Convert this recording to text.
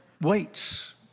waits